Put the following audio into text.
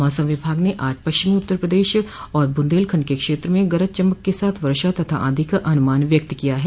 मौसम विभाग ने आज शाम पश्चिमी उत्तर प्रदेश और बुन्देलखंड के क्षेत्र में गरज चमक के साथ वर्षा तथा आंधी का अनुमान व्यक्त किया है